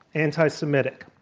anti-semitic.